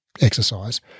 exercise